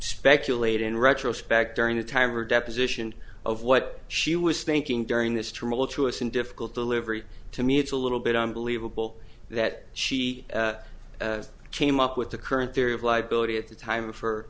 speculate in retrospect during the time of her deposition of what she was thinking during this tumultuous and difficult delivery to me it's a little bit unbelievable that she came up with the current theory of liability at the time for